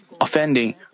offending